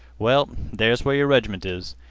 well, there s where your reg'ment is.